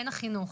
הן החינוך,